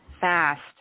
fast